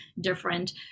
different